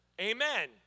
Amen